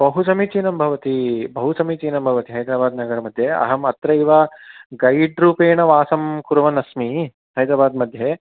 बहुसमीचीनं भवती बहुसमीचीनं भवति हैदराबाद्नगरमध्ये अहम् अत्रैव गैड् रूपेण वासं कुर्वन् अस्मि हैद्राबाद्मध्ये